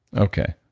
okay.